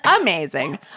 amazing